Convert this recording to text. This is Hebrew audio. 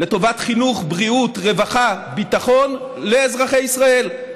לטובת חינוך, בריאות, רווחה וביטחון לאזרחי ישראל.